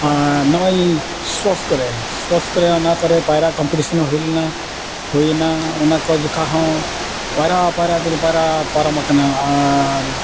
ᱟᱨ ᱱᱚᱜᱼᱚᱭ ᱥᱯᱳᱨᱴᱥ ᱠᱚᱨᱮ ᱥᱯᱳᱨᱴᱥ ᱠᱚᱨᱮ ᱚᱱᱟ ᱠᱚᱨᱮ ᱯᱟᱭᱨᱟ ᱠᱚᱢᱯᱤᱴᱤᱥᱚᱱ ᱦᱚᱸ ᱦᱩᱭ ᱞᱮᱱᱟ ᱦᱩᱭᱮᱱᱟ ᱚᱱᱟ ᱠᱚ ᱡᱚᱠᱷᱚᱱ ᱦᱚᱸ ᱯᱟᱭᱨᱟ ᱯᱟᱭᱨᱟ ᱛᱤᱧ ᱯᱟᱭᱨᱟ ᱯᱟᱨᱚᱢ ᱟᱠᱟᱱᱟ ᱟᱨ